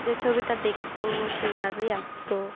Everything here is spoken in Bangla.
যে ছবিটা দেখতো সেইভাবেই আঁকতো